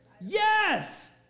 Yes